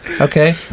Okay